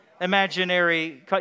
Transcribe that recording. imaginary